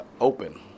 open